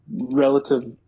relative